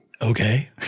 Okay